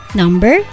number